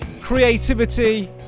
creativity